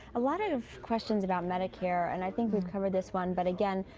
a lot of questions about medicare, and i think we've covered this one, but again,